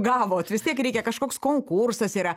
gavot vis tiek reikia kažkoks konkursas yra